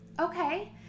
okay